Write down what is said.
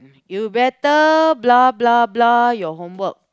you better blah blah blah your homework